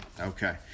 Okay